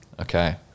Okay